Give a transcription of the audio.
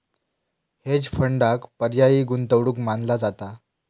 hedge फंडांक पर्यायी गुंतवणूक मानला जाता